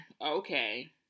okay